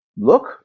Look